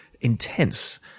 intense